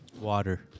Water